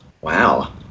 Wow